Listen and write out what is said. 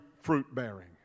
fruit-bearing